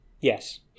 Yes